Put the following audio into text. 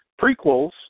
prequels